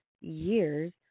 years